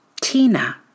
Tina